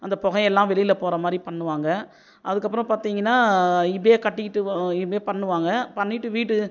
அந்த புகையெல்லாம் வெளியில் போகிற மாதிரி பண்ணுவாங்கள் அதுக்கப்புறம் பார்த்தீங்கன்னா இப்படே கட்டிக்கிட்டு இது மாதிரி பண்ணுவாங்கள் பண்ணிகிட்டு வீட்டு